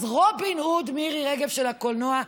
אז רובין הוד מירי רגב של הקולנוע,